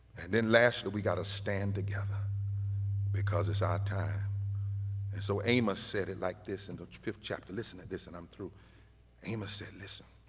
then lastly, we gotta stand together because it's our time so amos said it like this in the fifth chapter. listen to this and i'm through amos said, listen,